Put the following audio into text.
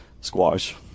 squash